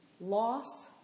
loss